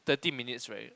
thirty minutes right